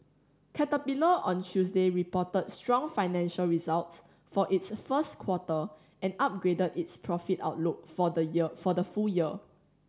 caterpillar on Tuesday reported strong financial results for its first quarter and upgraded its profit outlook for the year for the full year